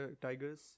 Tigers